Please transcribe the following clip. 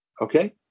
Okay